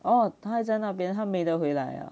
哦他还在那边她没的回来呀